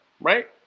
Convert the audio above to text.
right